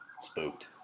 Spooked